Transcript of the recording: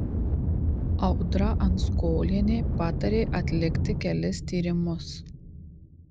audra anskolienė patarė atlikti kelis tyrimus